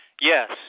Yes